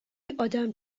آدم